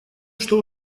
что